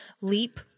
Leap